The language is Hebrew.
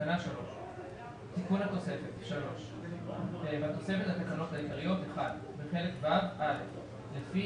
תיקון התוספת בתוספת לתקנות העיריות בחלק ו' - לפי